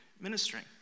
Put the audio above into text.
ministering